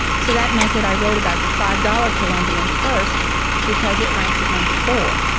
so that meant that i wrote about the five dollars columbian first because it ranks at number four,